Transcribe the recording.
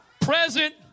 present